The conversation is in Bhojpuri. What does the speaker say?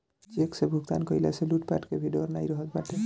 चेक से भुगतान कईला से लूटपाट कअ भी डर नाइ रहत बाटे